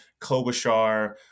Klobuchar